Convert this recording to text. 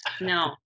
no